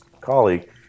colleague